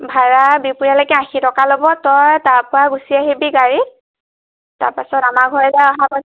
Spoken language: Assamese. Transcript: ভাড়া বিহপুৰীয়ালৈকে আশী টকা ল'ব তই তাৰপৰা গুচি আহিবি গাড়ীত তাৰপিছত আমাৰ ঘৰলৈ অহাৰ পিছত